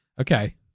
Okay